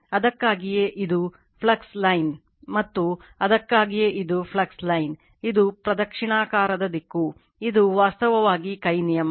ಅದಕ್ಕಾಗಿಯೇ ಇದು flux line ಮತ್ತು ಅದಕ್ಕಾಗಿಯೇ ಇದು ಫ್ಲಕ್ಸ್ ಲೈನ್ ಇದು ಪ್ರದಕ್ಷಿಣಾಕಾರದ ದಿಕ್ಕು ಇದು ವಾಸ್ತವವಾಗಿ ಕೈ ನಿಯಮ